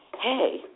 hey